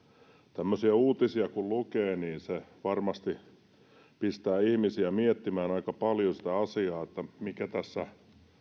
tämmöisiä uutisia kun lukee niin se varmasti pistää ihmisiä miettimään aika paljon sitä asiaa mikä tässä